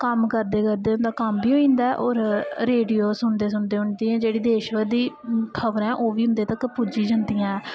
कम्म करदे करदे उं'दा कम्म बी होई जंदा ऐ होर रेडियो सुनदे सुनदे उं'दी जेह्ड़ी देशभर दी खबरां ऐ ओह् बी उं'दे तक पुज्जी जंदियां ऐं